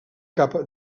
capa